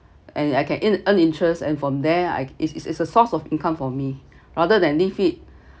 and I can earn earn interest and from there I it's it's it's a source of income for me rather than leave it